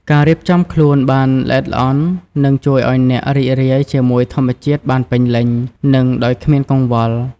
ការរៀបចំខ្លួនបានល្អិតល្អន់ នឹងជួយឲ្យអ្នករីករាយជាមួយធម្មជាតិបានពេញលេញ និងដោយគ្មានកង្វល់។